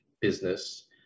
business